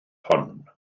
hon